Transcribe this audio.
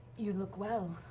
you look well.